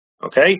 Okay